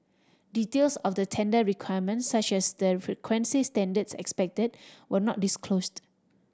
details of the tender requirements such as the frequency standards expected were not disclosed